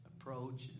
approach